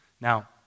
Now